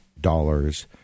dollars